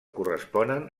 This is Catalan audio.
corresponen